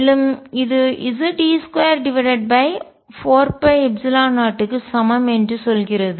மேலும் இது Ze24π0க்கு சமம் என்று சொல்கிறது